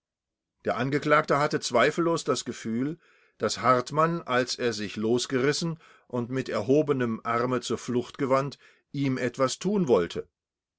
der angeklagte hatte zweifellos das gefühl daß hartmann als er sich losgerissen und mit erhobenem arme zur flucht gewandt ihm etwas tun wollte